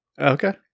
Okay